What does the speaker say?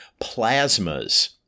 plasmas